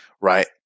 right